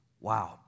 Wow